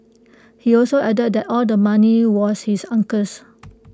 he also added that all the money was his uncle's